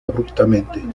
abruptamente